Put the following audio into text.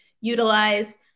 utilize